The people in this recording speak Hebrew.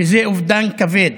שזה אובדן כבד.